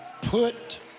put